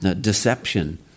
deception